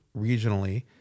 regionally